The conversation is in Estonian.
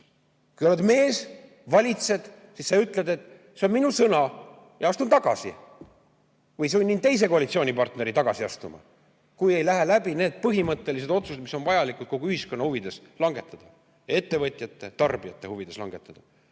Kui oled mees, valitsed, siis sa ütled, et see on minu sõna ja astun tagasi või sunnin teise koalitsioonipartneri tagasi astuma, kui ei lähe läbi need põhimõttelised otsused, mis on vaja kogu ühiskonna huvides langetada, ettevõtjate-tarbijate huvides langetada.